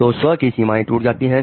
तो स्व की सीमाएं टूट जाती हैं